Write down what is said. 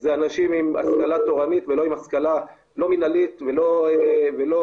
אלה אנשים עם השכלה תורנית ולא עם השכלה מנהלית ולא כלכלית,